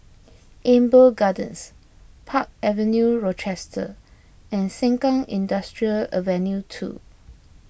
Amber Gardens Park Avenue Rochester and Sengkang Industrial Avenue two